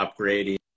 upgrading